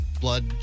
blood